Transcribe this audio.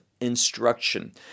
instruction